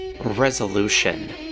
resolution